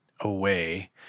away